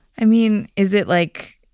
i mean is it like